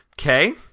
Okay